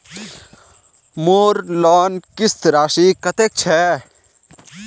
मोर लोन किस्त राशि कतेक छे?